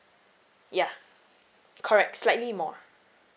yeah correct slightly more